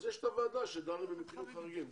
אז יש את הבעיה שדנה במקרים חריגים.